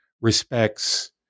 respects